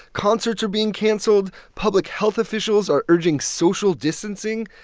concerts are being canceled. public health officials are urging social distancing.